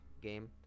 game